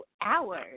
hours